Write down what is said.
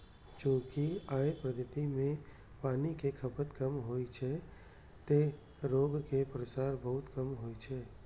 चूंकि अय पद्धति मे पानिक खपत कम होइ छै, तें रोगक प्रसार बहुत कम होइ छै